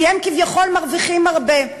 כי הם כביכול מרוויחים הרבה.